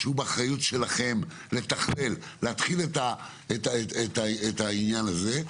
כאשר האחריות של משרד ראש הממשלה היא לתכלל ולהתחיל את העניין הזה.